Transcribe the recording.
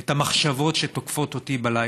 את המחשבות שתוקפות אותי בלילה,